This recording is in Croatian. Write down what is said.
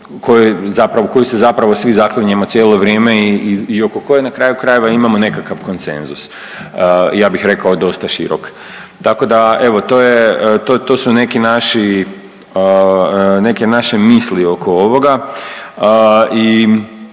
kojoj se zapravo svi zaklinjemo cijelo vrijeme i oko koje na kraju krajeva imamo nekakav konsenzus, ja bih rekao dosta širok. Tako da evo to je, to, to